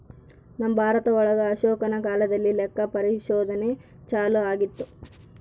ನಮ್ ಭಾರತ ಒಳಗ ಅಶೋಕನ ಕಾಲದಲ್ಲಿ ಲೆಕ್ಕ ಪರಿಶೋಧನೆ ಚಾಲೂ ಆಗಿತ್ತು